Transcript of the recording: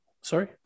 sorry